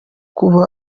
kuva